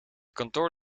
kantoor